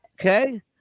Okay